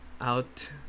out